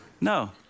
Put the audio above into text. No